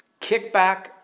kickback